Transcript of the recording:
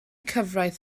cyfraith